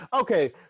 Okay